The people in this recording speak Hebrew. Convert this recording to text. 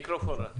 המסעדנות.